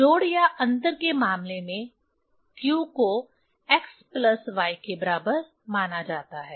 जोड़ और अंतर के मामले में q को x प्लस y के बराबर माना जाता है